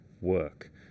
work